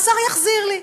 השר יחזיר לי,